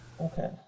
okay